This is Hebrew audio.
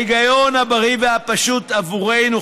ההיגיון הבריא והפשוט עבורנו,